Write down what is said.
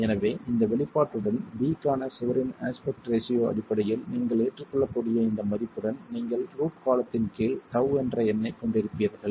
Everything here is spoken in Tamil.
எனவே இந்த வெளிப்பாட்டுடன் b க்கான சுவரின் அஸ்பெக்ட் ரேஷியோ அடிப்படையில் நீங்கள் ஏற்றுக்கொள்ளக்கூடிய இந்த மதிப்புடன் நீங்கள் ரூட் காலத்தின் கீழ் τ என்ற எண்ணைக் கொண்டிருப்பீர்கள்